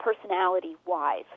personality-wise